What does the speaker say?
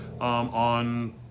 on